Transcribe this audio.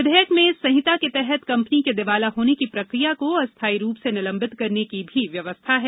विधेयक में संहिता के तहत कंपनी के दिवाला होने की प्रक्रिया को अस्थायी रूप से निलंबित करने की भी व्यवस्था है